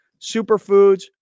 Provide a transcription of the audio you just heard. Superfoods